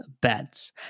beds